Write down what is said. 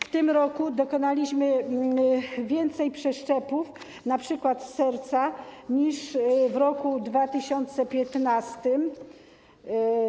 W tym roku dokonaliśmy więcej przeszczepów, np. serca, niż w roku 2015.